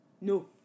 No